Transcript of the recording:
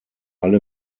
alle